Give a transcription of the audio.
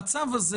המצב הזה